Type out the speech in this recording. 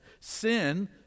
Sin